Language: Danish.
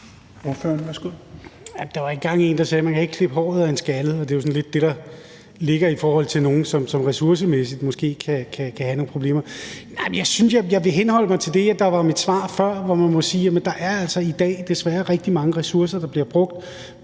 Der var engang en, der sagde, at man ikke kan klippe håret af en skaldet, og det er jo sådan lidt det, der ligger i forhold til nogle, som ressourcemæssigt måske kan have nogle problemer. Jeg synes, jeg vil henholde mig til det, der var mit svar før, og hvor man må sige, at der i dag altså desværre er rigtig mange ressourcer, der bliver brugt